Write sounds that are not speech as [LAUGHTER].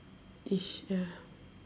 [NOISE] ya